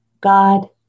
God